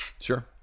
sure